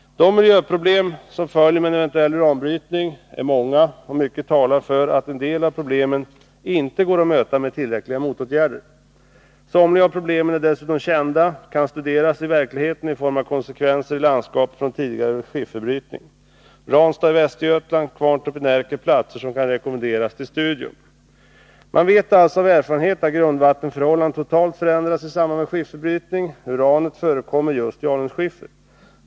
De miljöproblem som följer med en eventuell uranbrytning är många, och mycket talar för att en del av problemen inte går att möta med tillräckliga motåtgärder. Somliga av problemen är dessutom kända och kan studeras i verkligheten i form av konsekvenser i landskapet från tidigare skifferbrytning. Ranstad i Västergötland och Kvarntorp i Närke är platser som kan rekommenderas till studium. Man vet alltså av erfarenhet att grundvattenförhållanden totalt förändras i samband med skifferbrytning. Uranet förekommer just i alunskiffer.